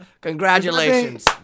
congratulations